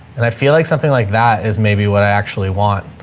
and i feel like something like that is maybe what i actually want.